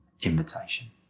invitation